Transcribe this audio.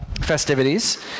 festivities